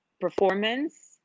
performance